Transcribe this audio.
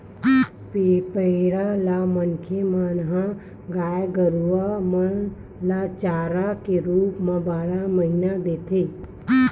पेरा ल मनखे मन ह गाय गरुवा मन ल चारा के रुप म बारह महिना देथे